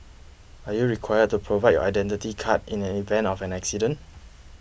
are you required to provide your Identity Card in an event of an accident